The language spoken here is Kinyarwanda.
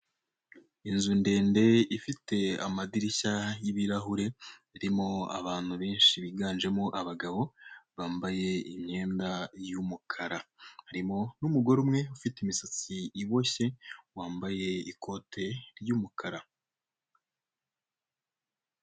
Inzu ndende ifite amadirisha y'ibirahure irimo abantu benshi biganjemo abagabo bambaye imyenda y'imikara, harimo umugore umwe ufite imisatsi iboshye wambaye ikote ry'umukara.